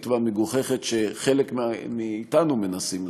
והמגוחכת שחלק מאתנו מנסים לעשות.